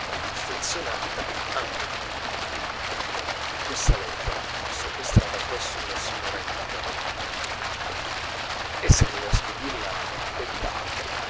ta antonietta questa lettera fu sequestrata presso una signora amica dell'antonietta essa doveva spedirla a quel tale